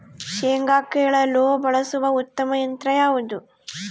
ಶೇಂಗಾ ಕೇಳಲು ಬಳಸುವ ಉತ್ತಮ ಯಂತ್ರ ಯಾವುದು?